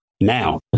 now